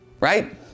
Right